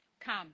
come